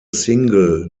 single